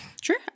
Sure